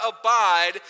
abide